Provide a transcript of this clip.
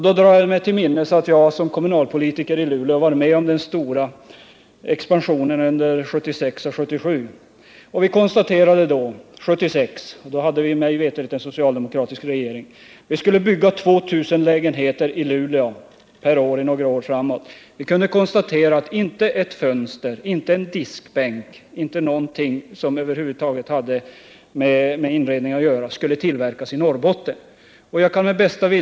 Då drar jag mig till minnes att jag som kommunalpolitiker i Luleå var med om den stora expansionen 1976 och 1977. Vi skulle från 1976 och några år framåt bygga 2 000 lägenheter om året i Luleå. Vi kunde 1976 - då hade vi en socialdemokratisk regering — konstatera att inte ett fönster, inte en diskbänk eller någonting som hade med inredning att göra skulle tillverkas i Norrbotten.